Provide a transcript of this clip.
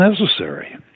necessary